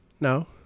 No